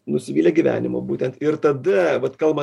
nusivylę gyvenimu būtent ir tada vat kalba